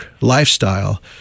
lifestyle